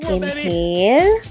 Inhale